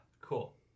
cool